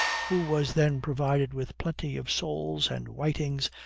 who was then provided with plenty of soles, and whitings,